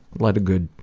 let a good